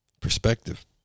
Perspective